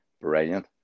brilliant